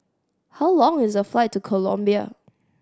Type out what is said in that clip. how long is the flight to Colombia